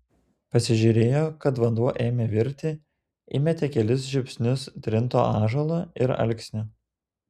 pasižiūrėjo kad vanduo ėmė virti įmetė kelis žiupsnius trinto ąžuolo ir alksnio